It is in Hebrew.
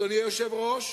אדוני היושב-ראש,